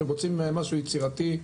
אתם רוצים משהו יצירתי,